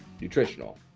nutritional